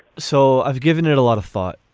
so i've given it a lot of thought.